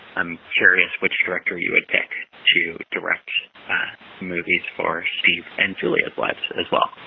i'm curious which director you would pick to direct movies for steve and juliet but as well?